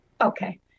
Okay